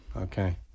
Okay